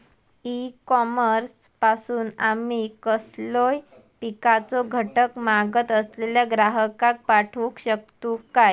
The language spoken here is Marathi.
ई कॉमर्स पासून आमी कसलोय पिकाचो घटक मागत असलेल्या ग्राहकाक पाठउक शकतू काय?